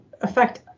affect